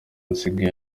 bisigaye